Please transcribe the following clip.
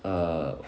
err